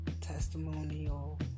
testimonial